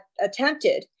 attempted